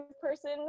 person